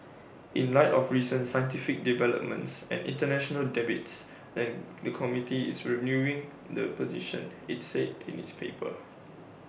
in light of recent scientific developments and International debates the new committee is reviewing the position its said in its paper